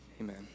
amen